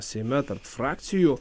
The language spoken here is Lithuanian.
seime tarp frakcijų